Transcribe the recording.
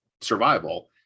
survival